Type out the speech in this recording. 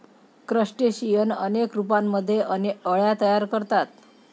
crustacean अनेक रूपांमध्ये अळ्या तयार करतात